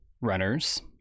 runners